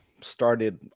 started